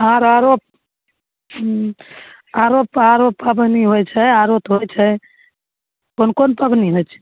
हँ आरो हूँ आरो आरो पबनि होइ छै आरो तऽ होइ छै कोन कोन पबनि होइ छै